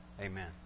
Amen